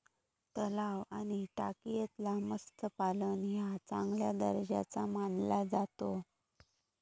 तलाव आणि टाकयेतला मत्स्यपालन ह्या चांगल्या दर्जाचा मानला जाता